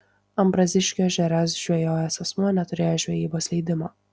ambraziškių ežere žvejojęs asmuo neturėjo žvejybos leidimo